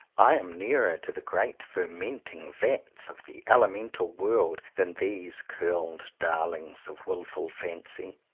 i am nearer to the great fermenting vats of the elemental world than these curled darlings of wilful fancy.